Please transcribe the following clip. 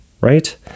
Right